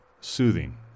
soothing